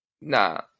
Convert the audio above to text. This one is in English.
Nah